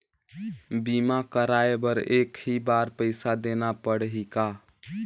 बीमा कराय बर एक ही बार पईसा देना पड़ही का?